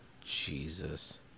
Jesus